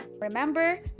Remember